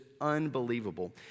unbelievable